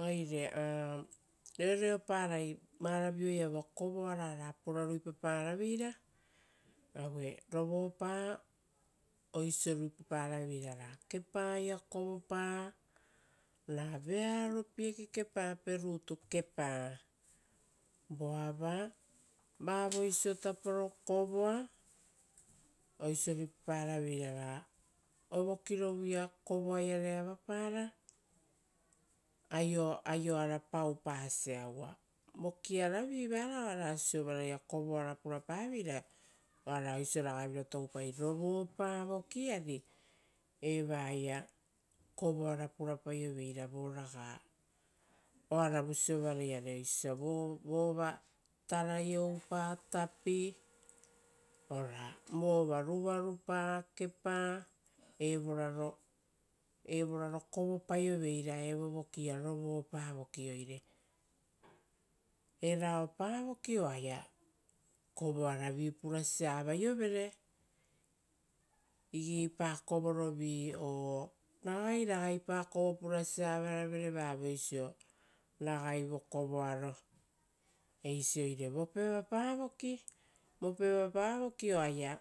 Oire reoreoparai varavio iava kovo ara oara pura ruipaparaveira. Rovopa aue oisio ruipaparaveira ra kepaia kovopa ra vearopie kekepape rutu kepa. Voava vavoisio taporo kovoa. Oisio ruipaparaveira ovokirovuia kovoa iare avapara aioara paupasia. Vokiaravi varao oara siovaraia kovoaravi purapaveira oara oisio ragavira toupai, rovopa voki ari evaia kovoara purapaioveira voraga oaravu siovaraiare oisio osia vo tarai oupa tapi, ora vova ruvarupa kepa. Evoraro kovopaioveira evovokia rovopa voki, oire eraopa voki oaia kovoaravi purasia avaiovere igeipa kovorovi. Ragai ragaipa kovo purasia avaravere vavoisio ragai vokovoaro eisi. Oire vopevapa voki oaia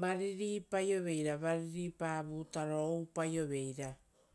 variripaioveira, variripa vutaro oupaio veira